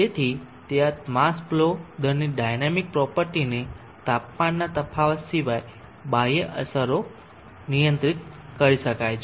તેથી તે આ માસ ફલો દરની ડાયનામિક પ્રોપર્ટી ને તાપમાનના તફાવત સિવાય બાહ્ય અસરો નિયંત્રિત કરી શકાય છે